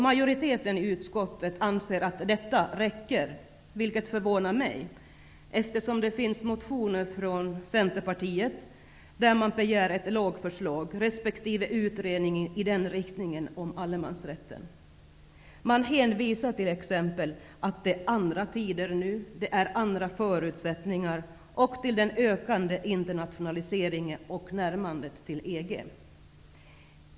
Majoriteten i utskottet anser att detta räcker, vilket förvånar mig, eftersom Centerpartiet i motioner har begärt ett lagförslag resp. en utredning i den riktningen om allemansrätten. Man hänvisar t.ex. till att det är andra tider nu och andra förutsättningar och till den ökande internationaliseringen och närmandet till EG.